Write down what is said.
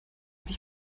mich